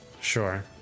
Sure